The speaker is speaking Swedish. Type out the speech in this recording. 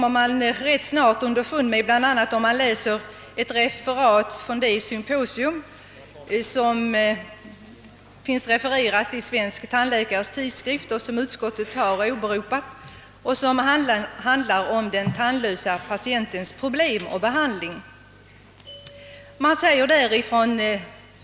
Att så inte är fallet kommer man emellertid ganska snart underfund med inte minst när man i Svensk Tandläkare Tidskrift läser ett referat från ett symposium som anordnats rörande den tandlöse patientens problem och behandling. Denna artikel har även utskottet åberopat.